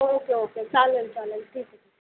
okay okay चालेल चालेल ठीक आहे